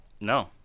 no